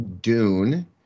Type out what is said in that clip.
Dune